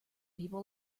people